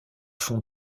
font